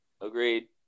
Agreed